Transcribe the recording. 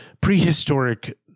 prehistoric